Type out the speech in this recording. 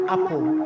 Apple